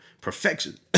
perfection